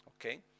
okay